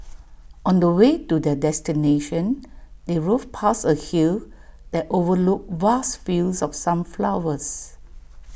on the way to their destination they drove past A hill that overlooked vast fields of sunflowers